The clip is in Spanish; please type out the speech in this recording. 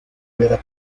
vera